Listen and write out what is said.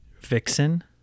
Vixen